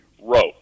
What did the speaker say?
wrote